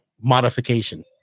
modification